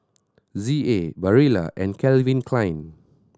Z A Barilla and Calvin Klein